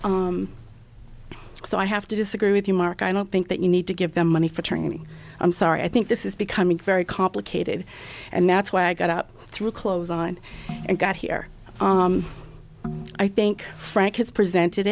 said so i have to disagree with you mark i don't think that you need to give them money for training i'm sorry i think this is becoming very complicated and that's why i got up through close on and got here i think frank has presented